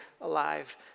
alive